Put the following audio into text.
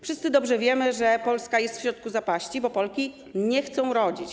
Wszyscy dobrze wiemy, że Polska jest w środku zapaści, bo Polki nie chcą rodzić.